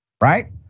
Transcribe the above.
right